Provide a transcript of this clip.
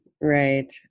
right